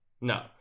No